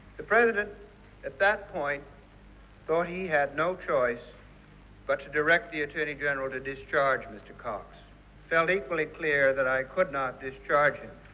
the president at that point thought he had no choice but to direct the attorney general to discharge mr. cox. i felt equally clear that i could not discharge him,